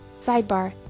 Sidebar